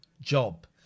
job